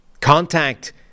contact